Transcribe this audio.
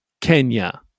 Kenya